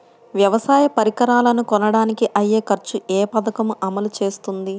వ్యవసాయ పరికరాలను కొనడానికి అయ్యే ఖర్చు ఏ పదకము అమలు చేస్తుంది?